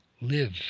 live